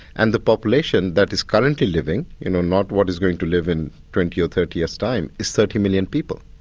and the population that is currently living, you know, not what is going to live in twenty or thirty years' time, is thirty million people.